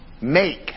make